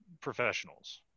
professionals